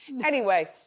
anyway,